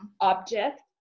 object